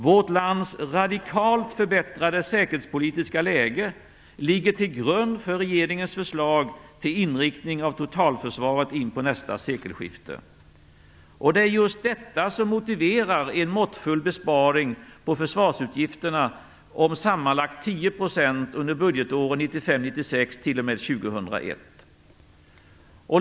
Vårt lands radikalt förbättrade säkerhetspolitiska läge ligger till grund för regeringens förslag till inriktning av totalförsvaret inför nästa sekelskifte. Det är just detta som motiverar en måttfull besparing på försvarsutgifterna om sammanlagt 10 % under budgetåret 1995/96 t.o.m. år 2001.